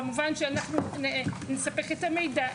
במובן שאנחנו נספק את המידע,